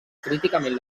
críticament